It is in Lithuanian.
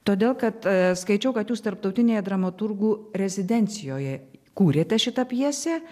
todėl kad skaičiau kad jūs tarptautinėje dramaturgų rezidencijoje kūrėte šitą pjesę